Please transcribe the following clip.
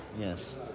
Yes